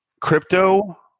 crypto